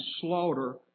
slaughter